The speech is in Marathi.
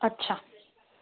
अच्छा